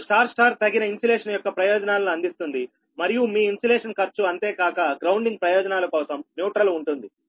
ఇప్పుడు star star తగిన insulation యొక్క ప్రయోజనాలను అందిస్తుంది మరియు మీ ఇన్సులేషన్ ఖర్చు అంతేకాక గ్రౌండింగ్ ప్రయోజనాల కోసం న్యూట్రల్ ఉంటుంది